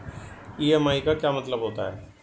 EMI का क्या मतलब होता है?